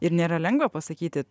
ir nėra lengva pasakyti